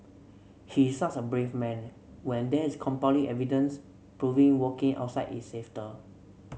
he is such a brave man when there is compelling evidence proving walking outside is safer